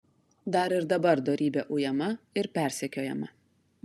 dar ir dabar dorybė ujama ir persekiojama